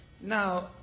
Now